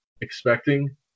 expecting